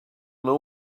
know